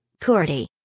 Cordy